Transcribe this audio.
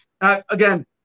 Again